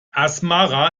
asmara